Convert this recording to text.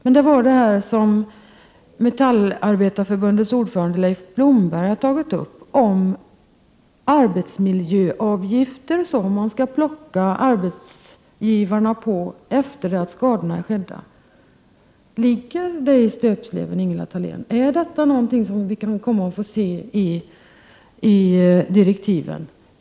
Metallindustriarebetarförbundets ordförande Leif Blomberg har tagit upp frågan om arbetsmiljöavgifter, som man skall plocka arbetsgivarna på efter det att skadorna har skett. Ligger detta i stöpsleven, Ingela Thalén? Är detta någonting som vi kommer att få se i direktiven?